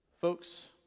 Folks